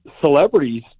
celebrities